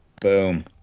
Boom